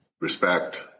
respect